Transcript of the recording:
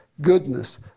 goodness